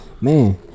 man